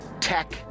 tech